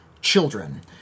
children